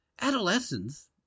adolescence